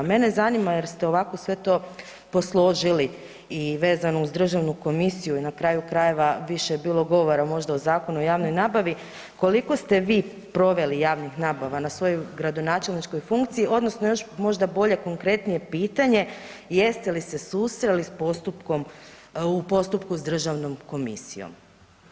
Mene zanima, jer ste ovako sve to posložili i vezano uz državnu komisiju i na kraju krajeva više je bilo govora možda o Zakonu o javnoj nabavi, koliko ste vi proveli javnih nabava na svojoj gradonačelničkoj funkciji odnosno još možda bolje konkretnije pitanje jeste li se susreli s postupkom, u postupku s državnom komisijom?